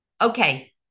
Okay